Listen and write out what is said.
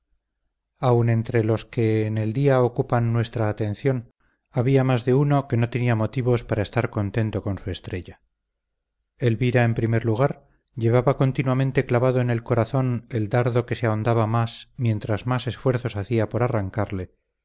aun entre los que en el día ocupan nuestra atención había más de uno que no tenía motivos para estar contento con su estrella elvira en primer lugar llevaba continuamente clavado en el corazón el dardo que se ahondaba más mientras más esfuerzos hacía por arrancarle